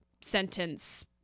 sentence